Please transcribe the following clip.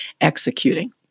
executing